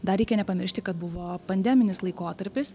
dar reikia nepamiršti kad buvo pandeminis laikotarpis